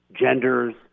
genders